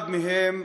אחד מהם,